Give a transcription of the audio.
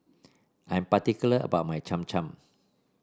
I am particular about my Cham Cham